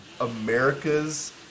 America's